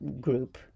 group